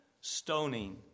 stoning